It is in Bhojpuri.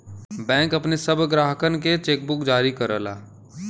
बैंक अपने सब ग्राहकनके चेकबुक जारी करला